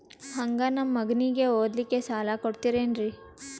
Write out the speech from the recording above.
ಹಂಗ ನಮ್ಮ ಮಗನಿಗೆ ಓದಲಿಕ್ಕೆ ಸಾಲ ಕೊಡ್ತಿರೇನ್ರಿ?